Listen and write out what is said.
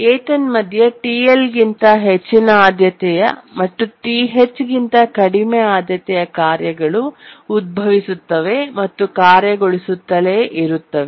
ಏತನ್ಮಧ್ಯೆ TL ಗಿಂತ ಹೆಚ್ಚಿನ ಆದ್ಯತೆಯ ಮತ್ತು TH ಗಿಂತ ಕಡಿಮೆ ಆದ್ಯತೆ ಕಾರ್ಯಗಳು ಉದ್ಭವಿಸುತ್ತವೆ ಮತ್ತು ಕಾರ್ಯಗತಗೊಳಿಸುತ್ತಲೇ ಇರುತ್ತವೆ